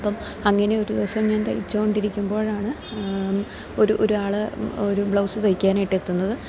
അപ്പം അങ്ങനെ ഒരു ദിവസം ഞാൻ തൈച്ചോണ്ടിരിക്കുമ്പോൾ ആണ് ഒരു ഒരാൾ ഒരു ബ്ലൗസ് തയ്ക്കാനായിട്ട് എത്തുന്നത്